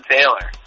Taylor